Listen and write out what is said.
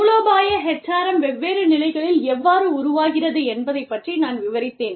மூலோபாய HRM வெவ்வேறு நிலைகளில் எவ்வாறு உருவாகிறது என்பதைப் பற்றி நான் விவரித்தேன்